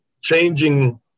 changing